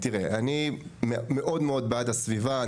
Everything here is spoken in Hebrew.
תראה, אני מאוד מאוד בעד הסביבה.